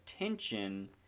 attention